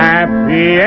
Happy